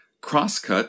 Crosscut